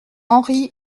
henri